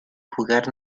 jugar